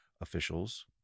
officials